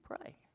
pray